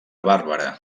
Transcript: bàrbara